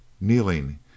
Kneeling